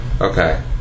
Okay